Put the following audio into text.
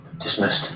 Dismissed